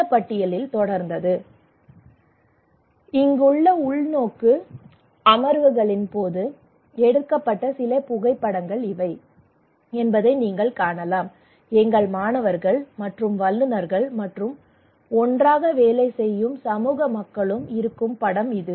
இந்த பட்டியல் தொடர்ந்தது இங்குள்ள உள்நோக்கு அமர்வுகளின் போது எடுக்கப்பட்ட சில புகைப்படங்கள் இவை என்பதை நீங்கள் காணலாம் எங்கள் மாணவர்கள் மற்றும் வல்லுநர்கள் மற்றும் ஒன்றாக வேலை செய்யும் சமூக மக்களும் இருக்கும் புகைப்படம் இது